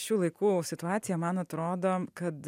šių laikų situacija man atrodo kad